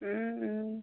ও ও